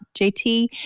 JT